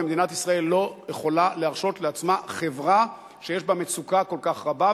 ומדינת ישראל לא יכולה להרשות לעצמה חברה שיש בה מצוקה כל כך רבה,